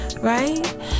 Right